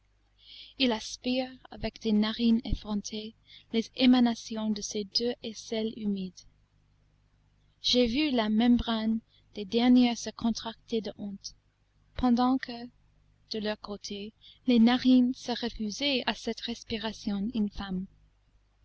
il aspire avec des narines effrontées les émanations de ces deux aisselles humides j'ai vu la membrane des dernières se contracter de honte pendant que de leur côté les narines se refusaient à cette respiration